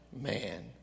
man